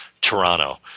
Toronto